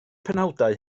penawdau